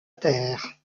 terre